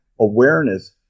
awareness